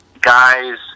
guys